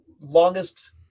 longest